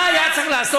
מה היה צריך לעשות?